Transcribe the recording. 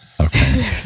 Okay